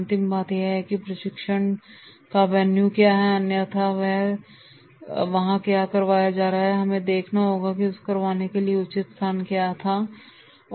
अंतिम बात है कि प्रशिक्षण का वेन्यू क्या है अनायथा कहां करवाया जाएगाहमें यह देखना होगा कि उसको करवाने का कोई उचित स्थान है या नहीं जैसा भी स्थान उपलब्ध है